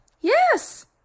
Yes